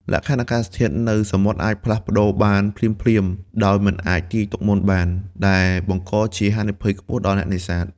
លក្ខខណ្ឌអាកាសធាតុនៅសមុទ្រអាចផ្លាស់ប្តូរបានភ្លាមៗដោយមិនអាចទាយទុកមុនបាន ដែលបង្កជាហានិភ័យខ្ពស់ដល់អ្នកនេសាទ។